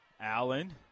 Allen